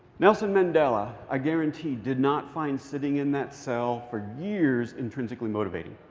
nelson mandela, i guarantee, did not find sitting in that cell for years intrinsically motivating.